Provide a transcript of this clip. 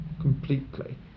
Completely